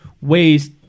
ways